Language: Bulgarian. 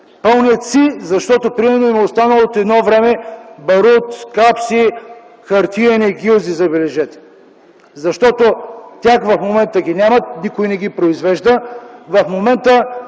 Пълнят си, защото, примерно им е останал от едно време барут, капси, хартиени гилзи. Забележете! Защото тях в момента ги няма, никой не ги произвежда. В момента